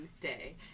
day